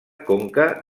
conca